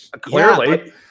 Clearly